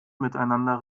miteinander